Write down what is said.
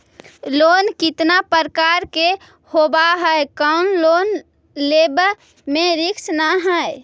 Loan कितना प्रकार के होबा है कोन लोन लेब में रिस्क न है?